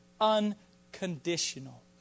Unconditional